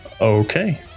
Okay